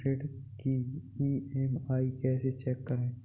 ऋण की ई.एम.आई कैसे चेक करें?